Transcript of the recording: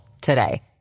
today